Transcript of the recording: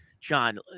John